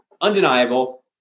undeniable